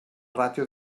ràtio